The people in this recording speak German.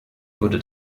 wurde